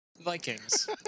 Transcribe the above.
Vikings